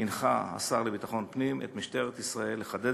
הנחה השר לביטחון פנים את משטרת ישראל לחדד